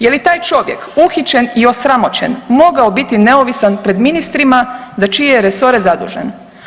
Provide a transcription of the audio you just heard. Je li taj čovjek uhićen i osramoćen mogao biti neovisan pred ministrima za čije je resore zadužen?